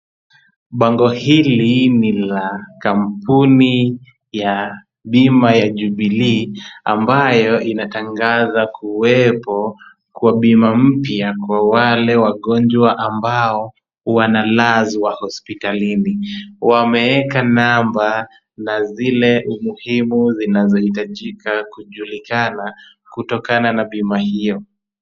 Bango hili ni la kampuni ya bima ya Jubilee ambayo inatangaza kuwepo kwa bima mpya kwa wale wagonjwa ambao wanalazwa hospitalini. Wameweka namba na zile umuhimu zinazohitajika kujulikana kutokana na bima hiyo.